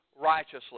righteously